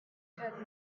had